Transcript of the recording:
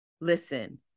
Listen